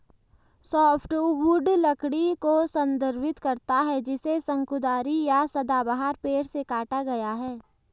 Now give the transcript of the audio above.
softwood लकड़ी को संदर्भित करता है जिसे शंकुधारी या सदाबहार पेड़ से काटा गया है